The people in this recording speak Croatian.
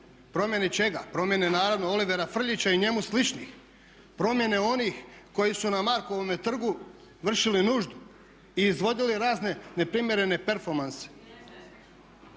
Promjene čega? Promjene naravno Olivera Frljića i njemu sličnih, promjene onih koji su na Markovome trgu vršili nuždu i izvodili razne neprimjerene performanse.